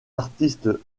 artistes